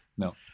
No